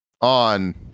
on